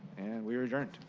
we are adjourned.